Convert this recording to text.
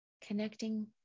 connecting